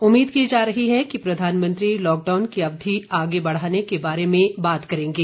उम्मीद की जा रही है कि प्रधानमंत्री लॉकडाउन की अवधि आगे बढ़ाने के बारे में बात करेंगे